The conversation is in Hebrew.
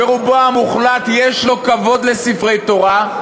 שרובו המוחלט יש לו כבוד לספרי תורה,